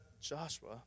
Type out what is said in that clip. joshua